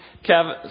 kevin